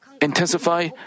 intensify